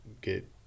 get